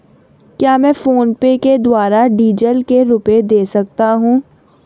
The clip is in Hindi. क्या मैं फोनपे के द्वारा डीज़ल के रुपए दे सकता हूं?